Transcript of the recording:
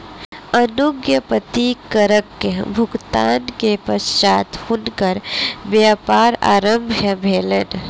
अनुज्ञप्ति करक भुगतान के पश्चात हुनकर व्यापार आरम्भ भेलैन